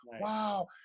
wow